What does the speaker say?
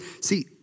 see